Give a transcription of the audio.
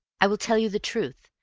i will tell you the truth.